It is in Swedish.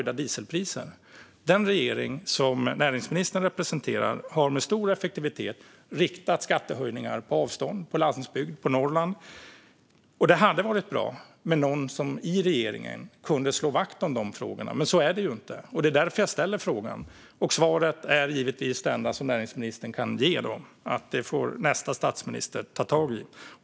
Den regering som näringsministern representerar har med stor effektivitet riktat skattehöjningar på avstånd, på landsbygd, på Norrland. Det hade varit bra med någon i regeringen som kunde slå vakt om dessa frågor, men så är det ju inte. Det är därför jag ställer frågan, och svaret är givetvis det enda som näringsministern kan ge, att det får nästa statsminister ta tag i.